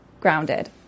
grounded